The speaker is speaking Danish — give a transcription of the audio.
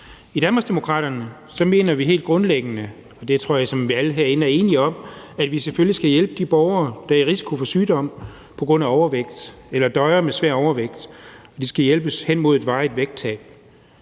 I Danmarksdemokraterne mener vi helt grundlæggende – det tror jeg såmænd alle herinde er enige om – at vi selvfølgelig skal hjælpe de borgere, der er i risiko for at blive syge på grund af overvægt, eller som døjer med svær overvægt. De skal hjælpes hen mod et varigt vægttab.